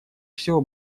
всего